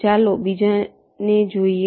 ચાલો બીજાને જોઈએ